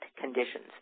conditions